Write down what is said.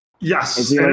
Yes